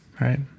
right